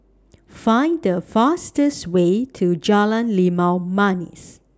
Find The fastest Way to Jalan Limau Manis